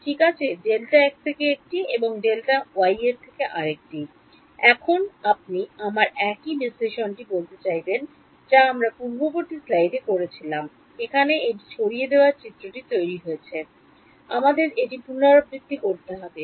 ঠিক আছে Δx থেকে একটি এবং Δy এর থেকে একটি এখন আপনি আমার একই বিশ্লেষণটি বলতে চাইবেন যা আমরা পূর্ববর্তী স্লাইডে করেছিলাম এখানে এটি ছড়িয়ে দেওয়ার চিত্রটি তৈরি করতে আমাদের এটি পুনরাবৃত্তি করতে হবে